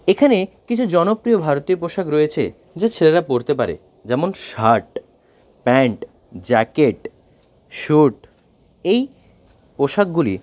এখানে কিছু জনপ্রিয় ভারতীয় পোশাক রয়েছে যা ছেলেরা পরতে পারে যেমন শার্ট প্যান্ট জ্যাকেট স্যুট এই পোশাকগুলি